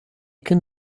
can